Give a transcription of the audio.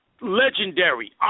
Legendary